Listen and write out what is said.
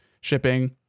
shipping